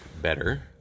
better